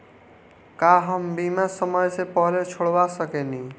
का हम बीमा समय से पहले छोड़वा सकेनी?